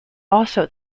also